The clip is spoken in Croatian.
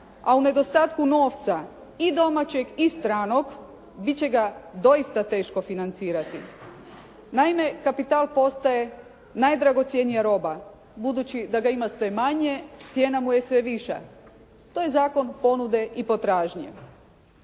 a u nedostatku novca, i domaćeg i stranog biti će ga doista teško financirati. Naime, kapital postaje najdragocjenija roba, budući da ga ima sve manje, cijena mu je sve viša, to je zakon ponude i potražnje.